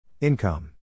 Income